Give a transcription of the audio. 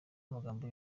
amagambo